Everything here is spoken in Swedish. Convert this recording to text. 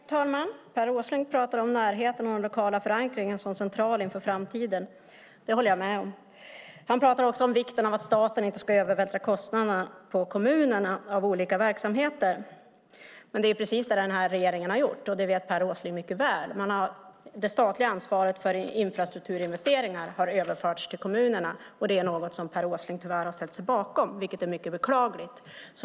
Fru talman! Per Åsling pratar om närheten och den lokala förankringen som central inför framtiden. Det håller jag med om. Han pratar också om vikten av att staten inte övervältrar kostnaderna för olika verksamheter på kommunerna, men det är precis det som den här regeringen har gjort. Det vet Per Åsling mycket väl. Det statliga ansvaret för infrastrukturinvesteringar har överförts till kommunerna, och det är någonting som Per Åsling tyvärr har ställt sig bakom, vilket är mycket beklagligt.